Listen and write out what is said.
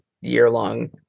year-long